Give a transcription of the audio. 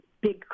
big